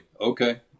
Okay